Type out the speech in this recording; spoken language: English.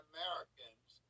Americans